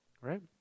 Right